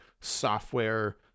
software